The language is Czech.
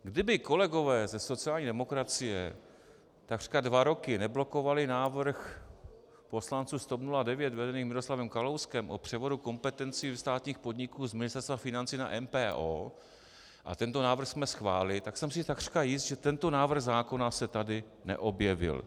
Kdyby kolegové ze sociální demokracie takřka dva roky neblokovali návrh poslanců z TOP 09 vedených Miroslavem Kalouskem o převodu kompetencí státních podniků z Ministerstva financí na MPO a tento návrh jsme schválili, tak jsem si takřka jist, že tento návrh zákona se tady neobjevil.